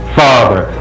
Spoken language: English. father